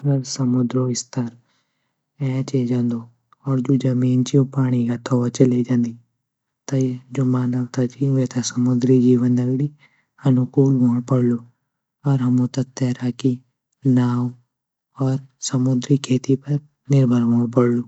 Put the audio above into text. अगर समुद्रों स्थल ऐंच ऐजान्दु और जू ज़मीन ची उ पाणी ग तौवा चले जांडी त जू मानवता ची वेता समुद्री जीवन दगड़ी अनुकूल वोण पढ़लू और हमू त तेराकी, नाऊ और समुद्री खेती पर निर्भर वोण पड़लू।